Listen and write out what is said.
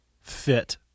fit